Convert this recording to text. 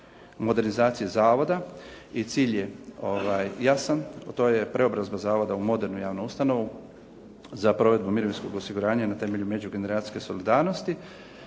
modernizaciji zavoda i cilj je jasan. To je preobrazba zavoda u modernu javnu ustanovu za provedbu mirovinskog osiguranja na temelju međugeneracijske solidarnosti